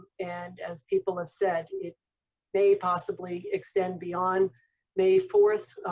and as people have said, it may possibly extend beyond may fourth.